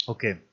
Okay